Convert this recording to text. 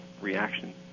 reaction